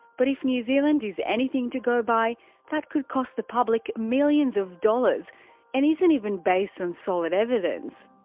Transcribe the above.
but if new zealand is anything to go by that could cost the public millions of dollars and isn't even based on and solid evidence.